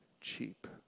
cheap